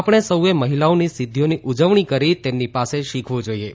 આપણે સૌએ મહિલાઓની સિદ્ધિઓની ઉજવણી કરી તેમની પાસે શીખવું જોઇએ